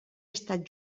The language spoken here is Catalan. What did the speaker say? estat